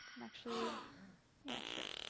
um actually yeah, sure.